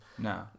No